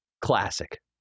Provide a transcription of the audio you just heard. Classic